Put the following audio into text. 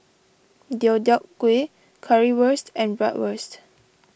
Deodeok Gui Currywurst and Bratwurst